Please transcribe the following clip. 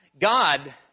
God